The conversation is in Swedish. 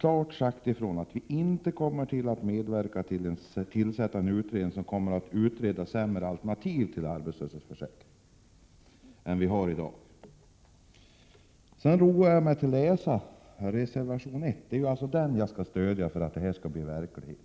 klart har sagt ifrån att vi inte kommer att medverka till tillsättande av en utredning som kommer att utreda sämre alternativ till arbetslöshetsförsäkringen än vad vi har i dag. Jag roade mig vidare med att läsa reservation 1. Det är ju den som vi skall stödja för att nå de uppställda målen.